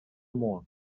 more